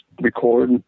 record